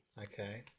Okay